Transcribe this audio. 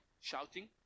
shouting